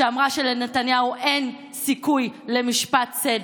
שאמרה שלנתניהו אין סיכוי למשפט צדק.